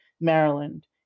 Maryland